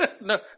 no